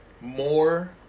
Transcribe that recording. more